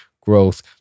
growth